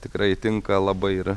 tikrai tinka labai ir